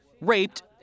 raped